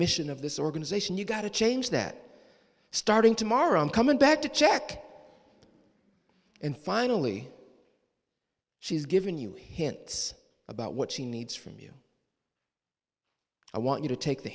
mission of this organization you got to change that starting tomorrow and coming back to check and finally she has given you a hint about what she needs from you i want you to take the